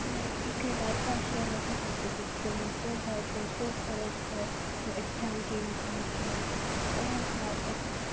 નહીં એકેય વાત પણ શેર નથી કરતી કે સ્કૂલમાં શું થાય છે શું કરે છે એકજામ કેવી જાય છે કંઈ જ વાત નથી કર